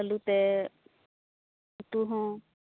ᱟ ᱞᱩᱛᱮ ᱩᱛᱩ ᱦᱚᱸ